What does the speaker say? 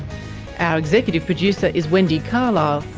our executive producer is wendy carlisle,